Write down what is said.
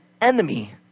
enemy